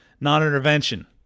non-intervention